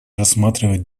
рассматривать